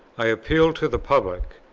i appealed to the public.